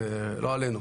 לא עלינו.